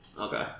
Okay